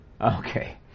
Okay